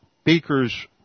speaker's